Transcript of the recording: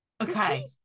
Okay